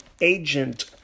agent